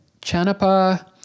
Chanapa